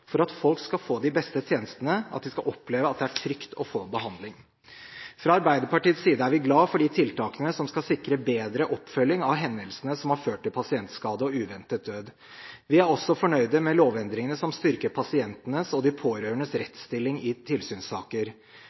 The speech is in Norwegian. for at folk skal få de beste tjenestene, og at de skal oppleve at det er trygt å få behandling. Fra Arbeiderpartiets side er vi glad for de tiltakene som skal sikre bedre oppfølging av hendelsene som har ført til pasientskade og uventet død. Vi er også fornøyd med lovendringene som styrker pasientenes og de pårørendes rettsstilling i tilsynssaker.